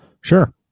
Sure